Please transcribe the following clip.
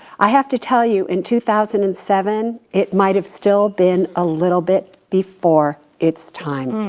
i have to tell you, in two thousand and seven, it might've still been a little bit before its time.